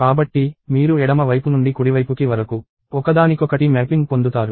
కాబట్టి మీరు ఎడమ వైపునుండి కుడివైపుకి వరకు ఒకదానికొకటి మ్యాపింగ్ పొందుతారు